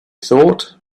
thought